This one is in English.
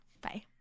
Bye